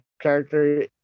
character